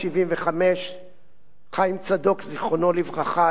חיים צדוק, זיכרונו לברכה, היה עדיין שר המשפטים,